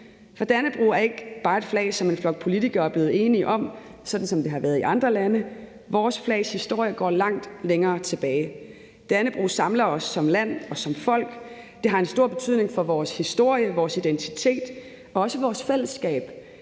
For Dannebrog er ikke bare et flag, som en flok politikere er blevet enige om, sådan som det har været i andre lande. Vores flags historie går langt længere tilbage. Dannebrog samler os som land og som folk. Det har en stor betydning for vores historie, vores identitet og også vores fællesskab.